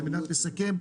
על מנת לסכם,